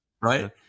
Right